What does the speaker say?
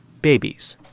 babies.